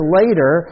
later